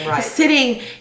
sitting